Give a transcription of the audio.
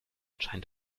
scheint